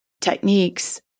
techniques